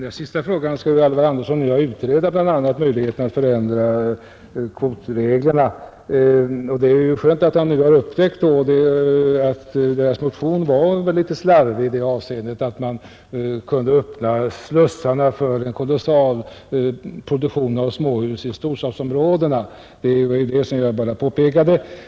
Herr talman! Herr Alvar Andersson i Knäred och jag skall nu utreda bl.a. möjligheterna att förändra kvotreglerna. Det är skönt att han nu har upptäckt att motionen var slarvigt skriven på så sätt, att man kunde öppna slussarna för en kolossal produktion av småhus i storstadsområdena. Det var det som jag påpekade.